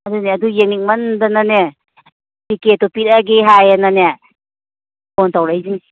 ꯑꯗꯨꯅꯤ ꯑꯗꯨ ꯌꯦꯡꯅꯤꯡꯃꯟꯗꯅꯅꯦ ꯇꯤꯛꯀꯦꯠꯇꯨ ꯄꯤꯔꯛꯑꯒꯦ ꯍꯥꯏꯌꯦꯅꯅꯦ ꯐꯣꯟ ꯇꯧꯔꯛꯏꯁꯤꯅꯤ